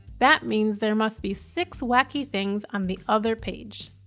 that means there must be six wacky things on the other page.